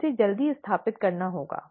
और इसे जल्दी स्थापित करना होगा